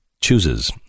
chooses